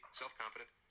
self-confident